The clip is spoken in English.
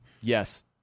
yes